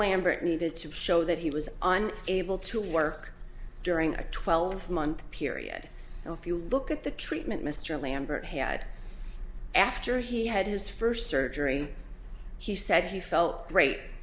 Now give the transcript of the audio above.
lambert needed to show that he was on able to work during a twelve month period and if you look at the treatment mr lambert had after he had his first surgery he said he felt great